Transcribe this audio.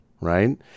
Right